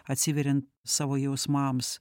atsiveriant savo jausmams